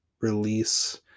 release